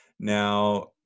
Now